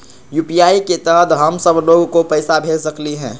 UPI के तहद हम सब लोग को पैसा भेज सकली ह?